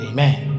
Amen